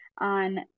on